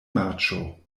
marĉo